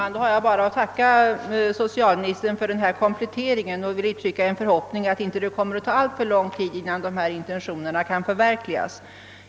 Herr talman! Jag vill tacka socialministern för denna komplettering och uttrycker bara en förhoppning om att det inte skall dröja alltför lång tid innan hans intentioner förverkligas.